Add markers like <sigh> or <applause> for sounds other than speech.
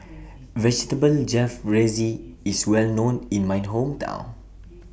<noise> Vegetable Jalfrezi IS Well known in My Hometown